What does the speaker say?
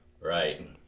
Right